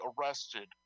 arrested